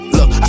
Look